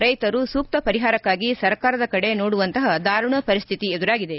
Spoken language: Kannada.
ರೈತರು ಸೂಕ್ತ ಪರಿಹಾರಕ್ಕಾಗಿ ಸರ್ಕಾರದ ಕಡೆ ನೋಡುವಂತಹ ದಾರುಣ ಪರಿಸ್ಥಿತಿ ಎದುರಾಗಿದೆ